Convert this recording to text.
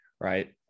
right